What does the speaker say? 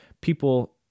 people